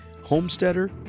homesteader